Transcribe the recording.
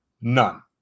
none